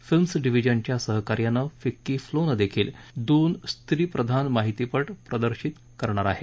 films डिव्हिजनच्या सहकार्यानं FICCI फ्लोदेखिल दोन स्त्रीप्रधान माहितीपट प्रदर्शित करणार आहे